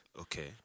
Okay